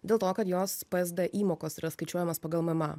dėl to kad jos psd įmokos yra skaičiuojamos pagal mma